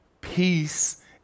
peace